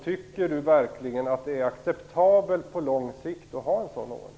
Tycker hon verkligen att det är acceptabelt på lång sikt att ha en sådan ordning?